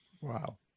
Wow